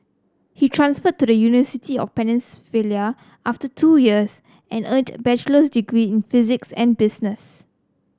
he transferred to the University of after two years and earned bachelor's degrees in physics and business